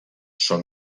són